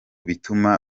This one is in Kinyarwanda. bituma